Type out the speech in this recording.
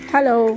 Hello